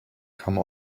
come